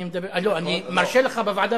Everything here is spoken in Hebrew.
אני מרשה לך בוועדה,